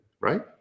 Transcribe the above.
right